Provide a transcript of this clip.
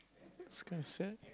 it's kinda sad